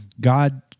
God